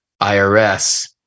IRS